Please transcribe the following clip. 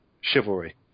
chivalry